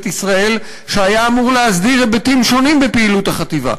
ישראל שהיה אמור להסדיר היבטים שונים בפעילות החטיבה,